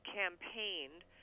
campaigned